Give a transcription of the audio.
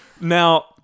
Now